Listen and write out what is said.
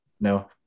No